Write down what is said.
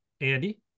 Andy